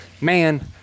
Man